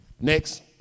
Next